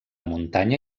muntanya